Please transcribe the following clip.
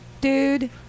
Dude